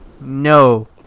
no